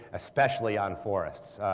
especially on forests.